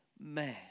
man